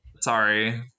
sorry